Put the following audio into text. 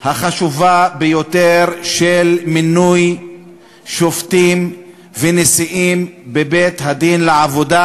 החשובה ביותר של מינוי שופטים ונשיאים בבית-הדין לעבודה,